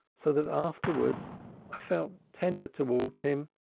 so that afterwards i felt tender towards him.